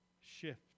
shift